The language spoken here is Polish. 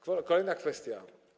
Kolejna kwestia.